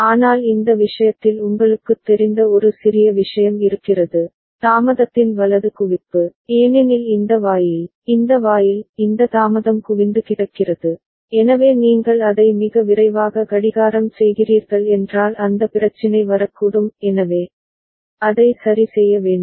ஆனால் இந்த விஷயத்தில் உங்களுக்குத் தெரிந்த ஒரு சிறிய விஷயம் இருக்கிறது தாமதத்தின் வலது குவிப்பு ஏனெனில் இந்த வாயில் இந்த வாயில் இந்த தாமதம் குவிந்து கிடக்கிறது எனவே நீங்கள் அதை மிக விரைவாக கடிகாரம் செய்கிறீர்கள் என்றால் அந்த பிரச்சினை வரக்கூடும் எனவே அதை சரி செய்ய வேண்டும்